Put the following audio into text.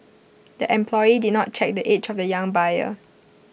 the employee did not check the age of the young buyer